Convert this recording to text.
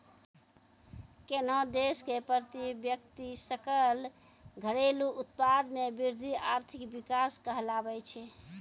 कोन्हो देश के प्रति व्यक्ति सकल घरेलू उत्पाद मे वृद्धि आर्थिक विकास कहलाबै छै